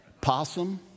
possum